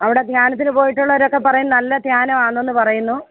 അവിടെ ധ്യാനത്തിനു പോയിട്ടുള്ളൂരൊക്കെ പറയുന്നു നല്ല ധ്യാനമാണെന്ന് പറയുന്നു